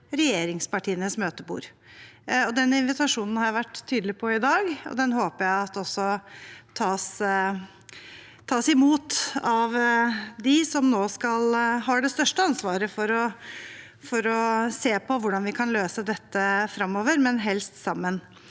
regjeringspartienes møtebord. Den invitasjonen har jeg vært tydelig på i dag, og den håper jeg tas imot av dem som nå har det største ansvaret for å se på hvordan vi kan løse dette framover, og helst sammen.